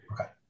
Okay